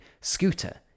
scooter